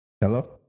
Hello